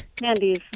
candies